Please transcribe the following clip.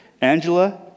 Angela